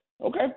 Okay